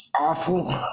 awful